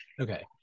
okay